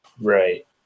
right